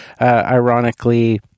ironically